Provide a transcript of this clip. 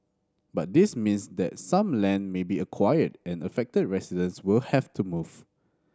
but this means that some land may be acquired and affected residents will have to move